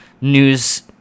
News